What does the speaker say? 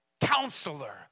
counselor